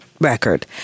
record